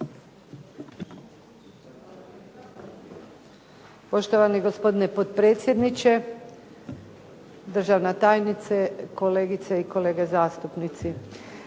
Poštovani gospodine potpredsjedniče, državna tajnice, kolegice i kolege zastupnici.